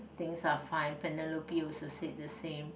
things are fine Penelope also said the same